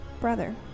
brother